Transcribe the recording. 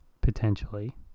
potentially